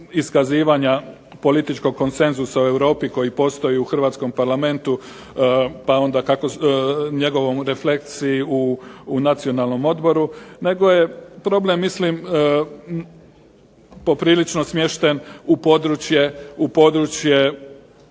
iskazivanja političkog konsenzusa u Europi koji postoji u hrvatskom Parlamentu, pa onda, njegovom reflekciji u Nacionalnom odboru, nego je problem mislim poprilično smješten u područje